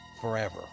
forever